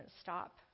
stop